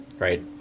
Right